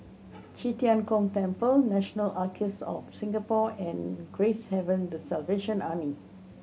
Qi Tian Gong Temple National Archives of Singapore and Gracehaven The Salvation Army